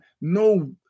no